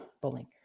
bullying